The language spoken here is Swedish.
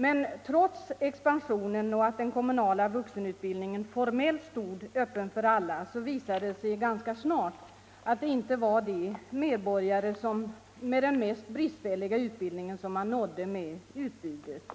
Men trots expansionen och trots att den kommunala vuxenutbildning — Nr 83 en formellt stod öppen för alla, visade det sig ganska snart att det inte Tisdagen den var de medborgare som hade den mest bristfälliga utbildningen man 20 maj 1975 nådde med utbudet.